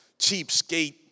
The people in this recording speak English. cheapskate